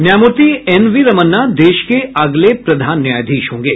न्यायमूर्ति N V Ramana देश के अगले प्रधान न्यायाधीश होंगे